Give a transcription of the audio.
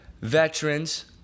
veterans